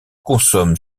consomme